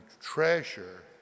treasure